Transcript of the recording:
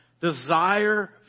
Desire